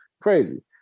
crazy